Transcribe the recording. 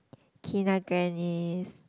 Kina-Grannis